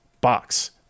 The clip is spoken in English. box